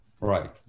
Right